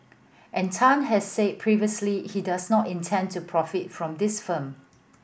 and Tan has said previously he does not intend to profit from this film